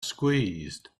squeezed